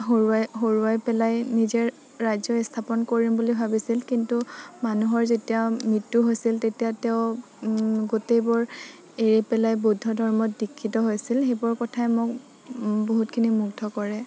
হৰুৱাই হৰুৱাই পেলাই নিজে ৰাজ্য ইস্থাপন কৰিম বুলি ভাবিছিল কিন্তু মানুহৰ যেতিয়া মৃত্যু হৈছিল তেতিয়া তেওঁ গোটেইবোৰ এৰি পেলাই বুদ্ধ ধৰ্মত দিক্ষিত হৈছিল সেইবোৰ কথাই মোক বহুতখিনি মুগ্ধ কৰে